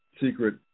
secret